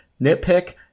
nitpick